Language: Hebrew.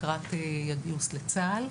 לקראת הגיוס לצה"ל.